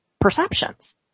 perceptions